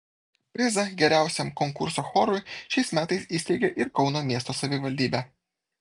prizą geriausiam konkurso chorui šiais metais įsteigė ir kauno miesto savivaldybė